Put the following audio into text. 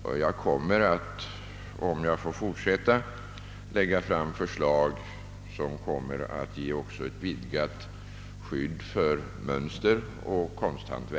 Om jag får fortsätta min verksamhet, avser jag att lägga fram förslag som kommer att ge ett vidgat skydd för mönster och brukskonst.